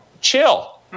Chill